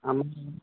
আম